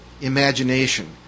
imagination